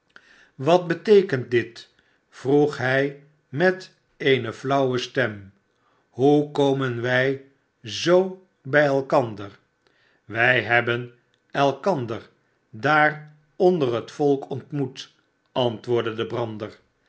wat beteekent dit vroeg hij met eene flauwe stem hoe komen wij zoo bij elkander wij hebben elkander daar onder het volk ontmoet antwoordde de brander